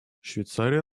швейцария